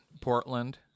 Portland